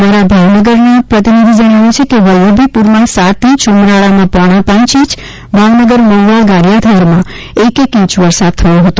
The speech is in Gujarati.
અમારા ભાવનગરના પ્રતિનિધિ જણાવે છે કે વલ્લભીપુરમાં સાત ઇંચ ઉમરાળામાં પોણા પાંચ ઇંચ ભાવનગર મહુવા ગારીયાધારમાં એક એક ઇંચ વરસાદ થયો છે